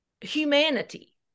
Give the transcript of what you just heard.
humanity